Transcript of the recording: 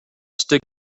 stick